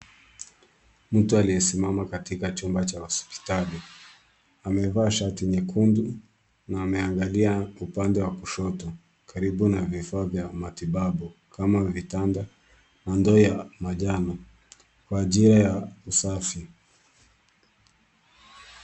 Mtu aliyesimama katika chumba cha hospitali. Amevaa shati nyekundu na ameangalia upande wa kushoto, karibu na vifaa vya matibabu kama vitanda na ndoo ya manjano kwa ajili ya usafi.